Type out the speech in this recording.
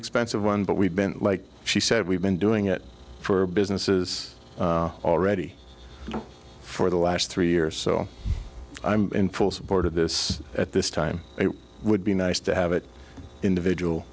expensive one but we've been like she said we've been doing it for businesses already for the last three years so i'm in full support of this at this time it would be nice to have it individual